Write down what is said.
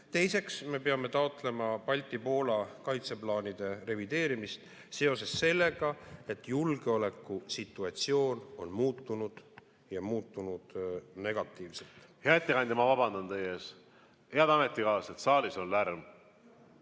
Teiseks, me peame taotlema Balti-Poola kaitseplaanide revideerimist seoses sellega, et julgeolekusituatsioon on muutunud ja muutunud negatiivseks. Hea ettekandja, ma vabandan teie ees. Head ametikaaslased, saalis on lärm,